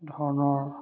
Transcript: ধৰণৰ